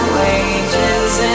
wages